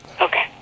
Okay